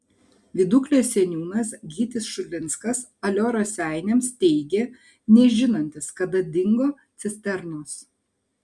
viduklės seniūnas gytis šulinskas alio raseiniams teigė nežinantis kada dingo cisternos